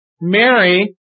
Mary